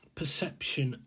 perception